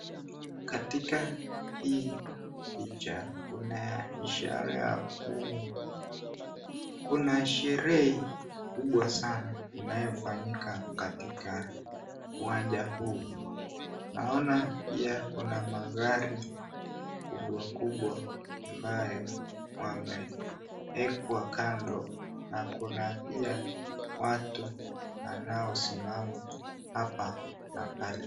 Katika hii picha kuna ishara ya kuwa kuna sherehe kubwa sana inayofanyika katika uwanja huu. Naona pia kuna magari makubwa makubwa ambayo yameekwa kando na kuna pia watu wanaosimama hapa na pale.